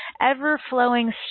ever-flowing